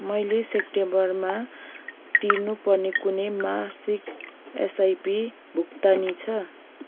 मैले सेप्टेम्बरमा तिर्नपर्ने कुनै मासिक एसआइपी भुक्तानी छ